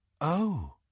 Oh